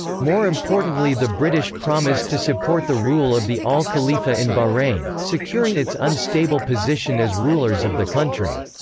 more importantly the british promised to support the rule of the al khalifa in bahrain, securing its unstable position as rulers of the country.